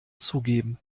zugeben